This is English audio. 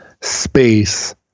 space